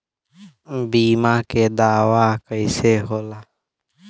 बीमा के दावा कईसे होला?